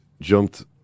jumped